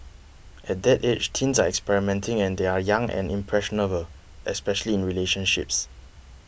at that age teens are experimenting and they are young and impressionable especially in relationships